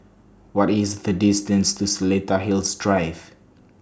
What IS The distance to Seletar Hills Drive